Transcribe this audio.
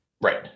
Right